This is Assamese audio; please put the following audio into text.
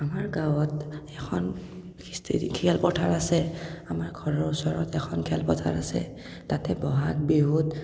আমাৰ গাঁৱত এখন খেলপথাৰ আছে আমাৰ ঘৰৰ ওচৰত এখন খেলপথাৰ আছে তাতে বহাগ বিহুত